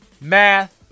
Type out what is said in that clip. math